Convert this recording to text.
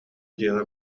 дьиэҕэ